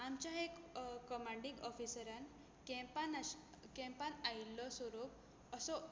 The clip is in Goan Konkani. आमच्या एक कमांडींग ऑफिसरान कँपान आशि कँपान आयिल्लो सोरोप असो